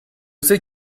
sais